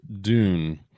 Dune